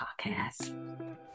podcast